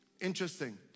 Interesting